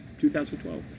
2012